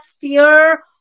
fear